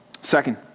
Second